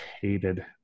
hated